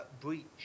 breach